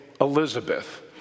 Elizabeth